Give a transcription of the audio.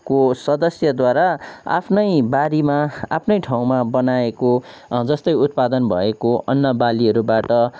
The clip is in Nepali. को सदस्यद्वारा आफ्नै बारीमा आफ्नै ठाउँमा बनाएको जस्तै उत्पादन भएको अन्न बालीहरूबाट